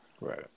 Right